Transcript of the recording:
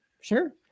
sure